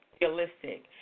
realistic